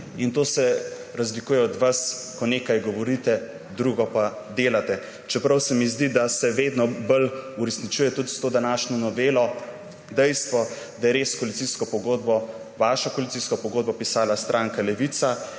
In to se razlikuje od vas, ko nekaj govorite, drugo pa delate, čeprav se mi zdi, da se vedno bolj uresničuje tudi s to današnjo novelo dejstvo, da je res vašo koalicijsko pogodba pisala stranka Levica,